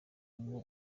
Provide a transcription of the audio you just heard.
nyawo